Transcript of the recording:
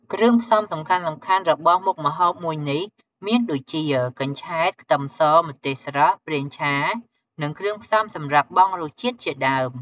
គ្រឿងផ្សំសំខាន់ៗរបស់មុខម្ហូបមួយនេះមានដូចជា កញ្ឆែត ខ្ទឹមស ម្ទេសស្រស់ ប្រេងឆា និងគ្រឿងផ្សំសម្រាប់បង់រសជាតិជាដើម។